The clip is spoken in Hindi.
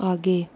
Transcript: आगे